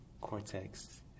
cortex